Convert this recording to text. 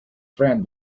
friend